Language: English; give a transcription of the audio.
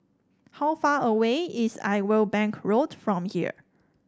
how far away is Irwell Bank Road from here